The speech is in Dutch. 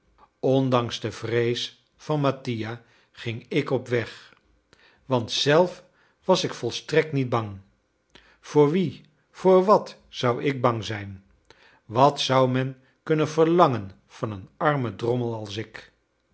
ondanks de vrees van mattia ging ik op weg want zelf was ik volstrekt niet bang voor wie voor wat zou ik bang zijn wat zou men kunnen verlangen van een armen drommel als ik